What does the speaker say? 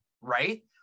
right